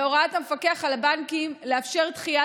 בהוראת המפקח על הבנקים לאפשר דחיית